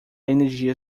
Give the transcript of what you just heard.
energia